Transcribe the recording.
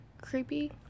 creepy